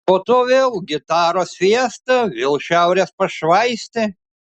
po to vėl gitaros fiesta vėl šiaurės pašvaistė